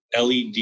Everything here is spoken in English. LED